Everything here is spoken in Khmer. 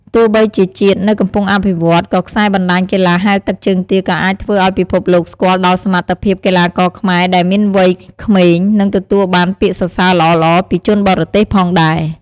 ទោះបីជាជាតិនៅកំពុងអភិវឌ្ឍ ក៏ខ្សែបណ្ដាញកីឡាហែលទឹកជើងទាក៏អាចធ្វើឱ្យពិភពលោកស្គាល់ដល់សមត្ថភាពកីឡាករខ្មែរដែលមានវ័យក្មេង និងទទួលបានពាក្យសរសេីរល្អៗពីជនបរទេសផងដែរ។